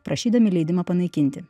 prašydami leidimą panaikinti